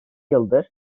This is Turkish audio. yıldır